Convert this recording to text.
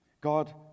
God